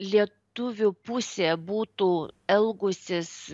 lietuvių pusė būtų elgusis